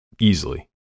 easily